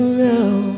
now